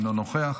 אינו נוכח.